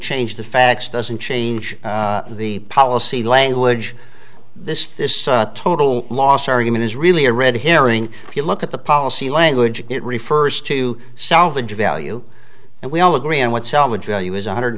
change the facts doesn't change the policy language this this total loss argument is really a red herring if you look at the policy language it refers to salvage value and we all agree on what selma to you is one hundred